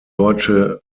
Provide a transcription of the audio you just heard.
deutsche